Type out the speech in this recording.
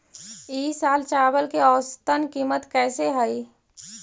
ई साल चावल के औसतन कीमत कैसे हई?